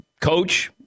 Coach